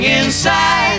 inside